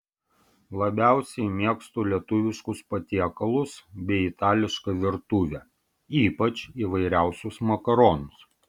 labiausiai mėgstu lietuviškus patiekalus bei itališką virtuvę ypač įvairiausius makaronus